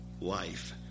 life